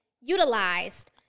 utilized